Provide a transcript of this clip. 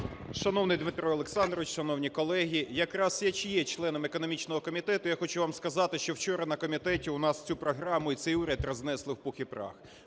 Шановний Дмитре Олександровичу, шановні колеги! Якраз я є членом економічного комітету. Я хочу вам сказати, що вчора на комітеті у нас цю програму і цей уряд рознесли в пух і прах.